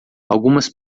algumas